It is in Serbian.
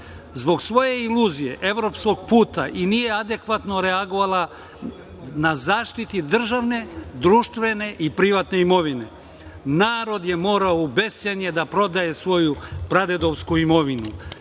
zbog svoje iluzije evropskog puta i nije adekvatno reagovala na zaštiti državne, društvene i privatne imovine. Narod je morao u bescenje da prodaje svoju pradedovsku imovinu